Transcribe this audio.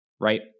right